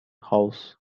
house